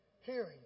Hearing